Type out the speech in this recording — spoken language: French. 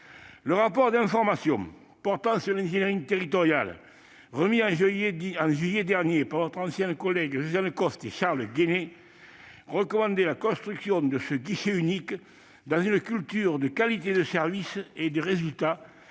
Le rapport d'information portant sur l'ingénierie territoriale, remis en juillet dernier par Charles Guené et notre ancienne collègue Josiane Costes, recommandait la construction de ce guichet unique, « dans une culture de qualité de service et de résultat